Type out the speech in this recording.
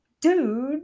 dude